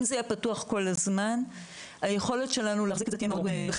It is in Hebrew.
אם זה היה פתוח כל הזמן היכולת שלנו להחזיק את זה תהיה מאוד --- ברור.